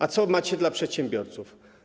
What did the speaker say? A co macie dla przedsiębiorców?